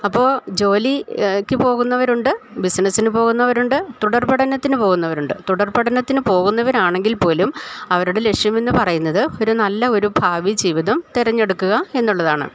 അപ്പോൾ ജോലി ക്ക് പോകുന്നവരുണ്ട് ബിസിനസ്സിന് പോകുന്നവരുണ്ട് തുടർപഠനത്തിന് പോകുന്നവരുണ്ട് തുടർപഠനത്തിന് പോകുന്നവരാണെങ്കിൽപ്പോലും അവരുടെ ലക്ഷ്യമെന്ന് പറയുന്നത് ഒരു നല്ല ഒരു ഭാവിജീവിതം തിരഞ്ഞെടുക്കുക എന്നുള്ളതാണ്